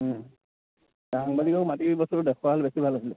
সাংবাদিকক মাতি আনি বস্ত দেখুৱালে বেছি ভাল আছিলে